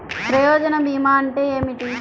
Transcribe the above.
ప్రయోజన భీమా అంటే ఏమిటి?